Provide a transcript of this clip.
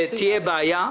שתהיה בעיה.